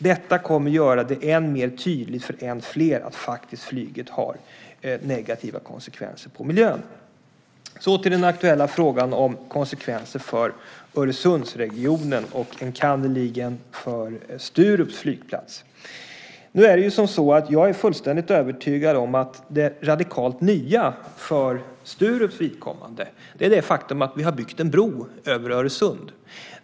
Detta kommer att göra det än mer tydligt för än fler att flyget har negativa konsekvenser på miljön. Så till den aktuella frågan om konsekvenser för Öresundsregionen och enkannerligen för Sturups flygplats. Jag är fullständigt övertygad om att det radikalt nya för Sturups vidkommande är det faktum att vi har byggt en bro över Öresund.